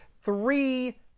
three